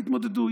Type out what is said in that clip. תתמודדו.